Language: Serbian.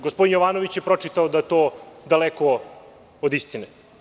Gospodine Jovanović je pročitao da je to daleko od istine.